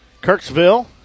Kirksville